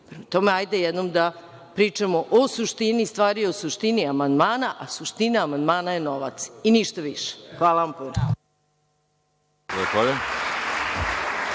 tome, hajde da jednom pričamo o suštini stvari, o suštini amandmana, a suština amandmana je novac i ništa više. Hvala vam puno.